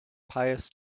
pious